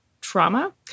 trauma